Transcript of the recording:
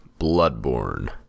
Bloodborne